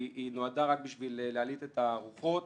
היא נועדה רק בשביל להלהיט את הרוחות.